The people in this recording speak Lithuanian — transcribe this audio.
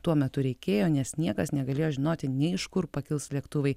tuo metu reikėjo nes niekas negalėjo žinoti ne iš kur pakils lėktuvai